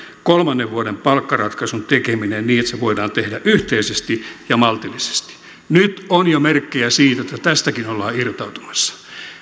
kolmannen vuoden palkkaratkaisun tekeminen niin että se voidaan tehdä yhteisesti ja maltillisesti nyt on jo merkkejä siitä että tästäkin ollaan irtautumassa